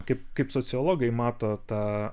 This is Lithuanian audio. kaip kaip sociologai mato tą